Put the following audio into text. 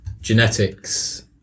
genetics